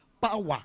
power